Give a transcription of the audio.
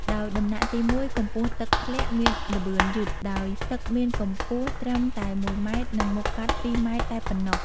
ដោយដំណាក់ទី១ កម្ពស់ទឹកធ្លាក់មានល្បឿនយឺត ដោយទឹកមានកម្ពស់ត្រឹមតែមួយម៉ែត្រ និង មុខកាត់ ២ម៉ែត្រតែប៉ុណ្ណោះ។